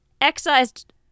excised